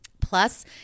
Plus